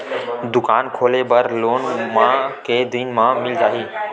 दुकान खोले बर लोन मा के दिन मा मिल जाही?